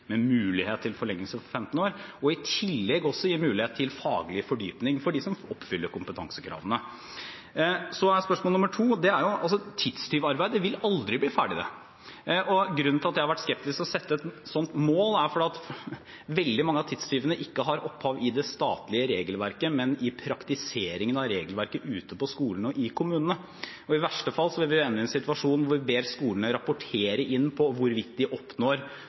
med mulighet for forlengelse til 15 år – og til å gi mulighet for faglig fordypning for dem som oppfyller kompetansekravene. Så er det spørsmål nr. 2. Tidstyvarbeid vil aldri bli ferdig. Grunnen til at jeg har vært skeptisk til å sette et slikt mål, er at veldig mange av tidstyvene ikke har opphav i det statlige regelverket, men i praktiseringen av regelverket ute på skolene og i kommunene. I verste fall vil vi ende i en situasjon hvor vi ber skolene rapportere inn hvorvidt de oppnår